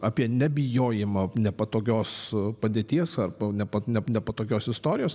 apie nebijojimą nepatogios padėties arba nepat nepatogios istorijos